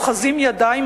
אוחזים ידיים,